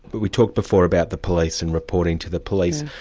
but we talked before about the police and reporting to the police.